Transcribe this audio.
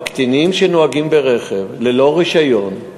אבל קטינים שנוהגים ברכב ללא רישיון,